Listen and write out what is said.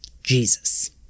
Jesus